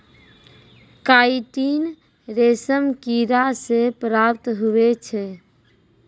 chitin रेशम किड़ा से प्राप्त हुवै छै